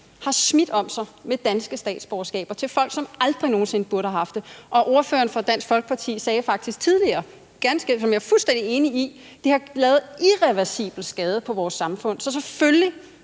har smidt om sig med danske statsborgerskaber til folk, som aldrig nogen sinde burde have haft det. Og ordføreren for Dansk Folkeparti sagde faktisk tidligere – og det er jeg fuldstændig enig i – at det har lavet irreversibel skade på vores samfund, så selvfølgelig